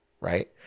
right